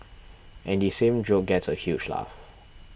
and the same joke gets a huge laugh